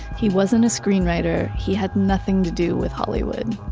he wasn't a screenwriter, he had nothing to do with hollywood.